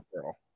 girl